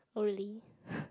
oh really